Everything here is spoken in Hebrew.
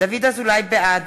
בעד